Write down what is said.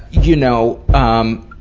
you know, um,